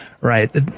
right